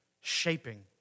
shaping